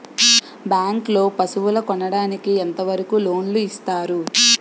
Bank లో పశువుల కొనడానికి ఎంత వరకు లోన్ లు ఇస్తారు?